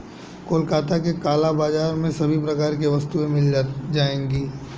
कोलकाता के काला बाजार में सभी प्रकार की वस्तुएं मिल जाएगी